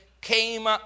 came